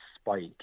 spike